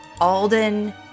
Alden